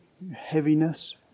heaviness